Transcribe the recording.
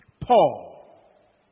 Paul